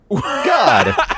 God